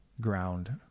ground